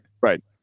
Right